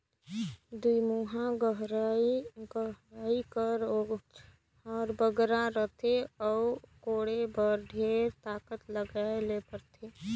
दुईमुहा गइती कर ओजन हर बगरा रहथे अउ कोड़े बर ढेर ताकत लगाए ले परथे